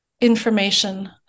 information